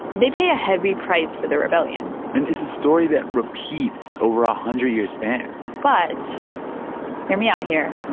they pay a heavy price for their rebellion and it's a story that repeats over a one hundred year span but hear me out here.